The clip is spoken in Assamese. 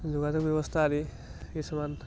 যোগাযোগ ব্যৱস্থা আদি কিছুমান